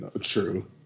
true